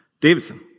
Davidson